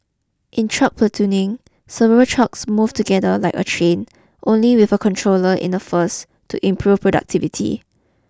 in truck platooning several trucks move together like a train only with a controller in the first to improve productivity